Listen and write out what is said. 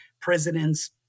president's